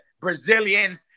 Brazilian